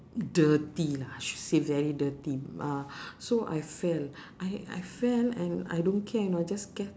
dirty lah sh~ say very dirty uh so I fell I I fell and I don't care you know I just get